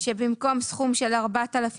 'לא יחולו'